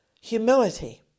humility